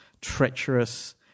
treacherous